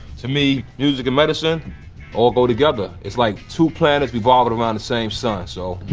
to me music and medicine all go together. it's like two planets revolving around the same sun. so.